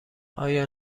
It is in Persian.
آیا